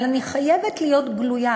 אני חייבת להיות גלויה